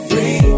Free